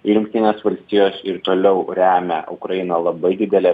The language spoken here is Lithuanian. ir jungtinės valstijos ir toliau remia ukrainą labai didele